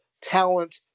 talent